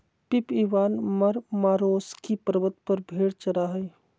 Pip Ivan Marmaroski पर्वत पर भेड़ चरा हइ